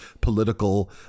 political